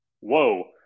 Whoa